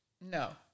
No